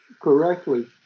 correctly